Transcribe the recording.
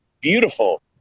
beautiful